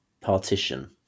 partition